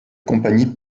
compagnie